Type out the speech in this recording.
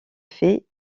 fait